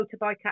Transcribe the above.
motorbike